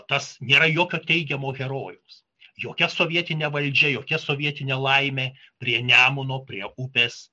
tas nėra jokio teigiamo herojaus jokia sovietinė valdžia jokia sovietinė laimė prie nemuno prie upės